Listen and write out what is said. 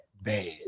bad